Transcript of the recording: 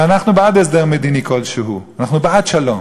ואנחנו בעד הסדר מדיני כלשהו, אנחנו בעד שלום,